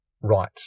right